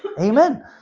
Amen